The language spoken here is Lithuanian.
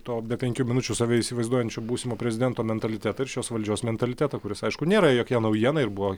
to be penkių minučių save įsivaizduojančio būsimo prezidento mentalitetą ir šios valdžios mentalitetą kuris aišku nėra jokia naujiena ir buvo